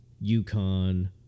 Yukon